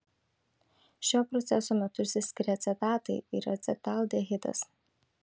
šio proceso metu išsiskiria acetatai ir acetaldehidas